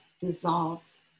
dissolves